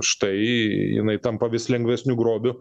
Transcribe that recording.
štai jinai tampa vis lengvesniu grobiu